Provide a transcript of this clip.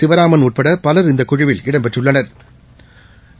சிவராமன் உட்படபலா் இந்தகுழுவில் இடம்பெற்றுள்ளனா்